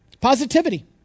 Positivity